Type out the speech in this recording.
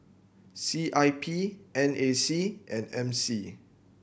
C I P N A C and M C